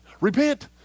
repent